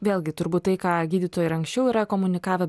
vėlgi turbūt tai ką gydytojai ir anksčiau yra komunikavę